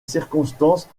circonstances